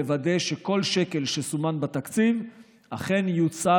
לוודא שכל שקל שסומן בתקציב אכן יוצא